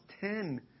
ten